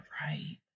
right